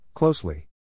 Closely